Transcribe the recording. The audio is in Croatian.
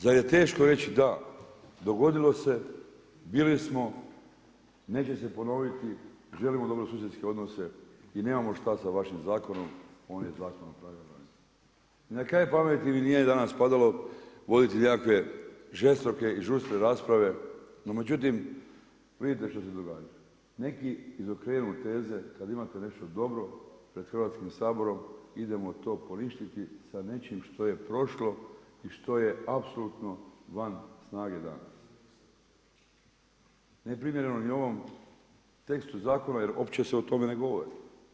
Zar je teško reći da, dogodilo se, bili smo, neće se ponoviti, želimo dobrosusjedske odnose i nemamo šta sa vašim zakonom, on je tako napravljen … [[Govornik se udaljio od mikrofona, ne razumije se.]] I ni na kraj pameti mi nije danas padalo voditi nekakve žestoke i žustre rasprave, no međutim vidite što se događa, neki izokrenu teze kada imate nešto dobro pred Hrvatskim saborom, idemo to poništiti sa nečim što je prošlo i što je apsolutno van snage, … neprimjereno ni ovom tekstu zakona jer uopće se o tome ne govori.